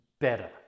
better